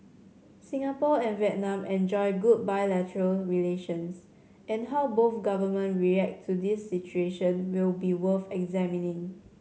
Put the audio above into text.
Singapore and Vietnam enjoy good bilateral relations and how both government react to this situation will be worth examining